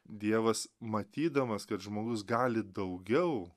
dievas matydamas kad žmogus gali daugiau